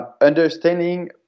understanding